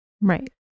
right